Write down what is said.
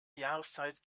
jahreszeit